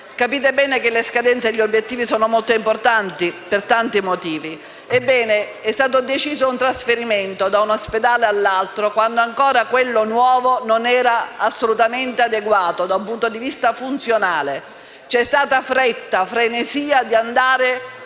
Capite bene che le scadenze e gli obiettivi sono molto importanti, per tanti motivi. Ebbene, è stato deciso un trasferimento da un ospedale all'altro quando ancora quello nuovo non era assolutamente adeguato da un punto di vista funzionale. C'è stata fretta, frenesia di andare